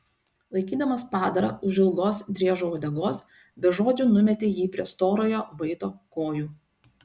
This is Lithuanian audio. laikydamas padarą už ilgos driežo uodegos be žodžių numetė jį prie storojo vaito kojų